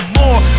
more